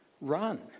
Run